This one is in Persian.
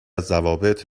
ضوابط